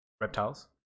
reptiles